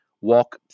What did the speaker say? walk